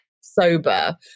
sober